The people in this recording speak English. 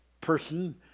person